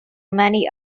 many